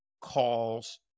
calls